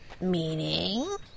Meaning